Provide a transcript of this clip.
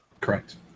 Correct